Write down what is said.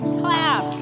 clap